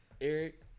Eric